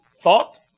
thought